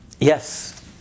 yes